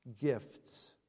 gifts